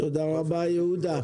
תודה רבה יהודה.